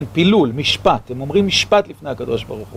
פילול, משפט, הם אומרים משפט לפני הקדוש ברוך הוא.